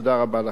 תודה רבה לכם.